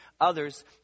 others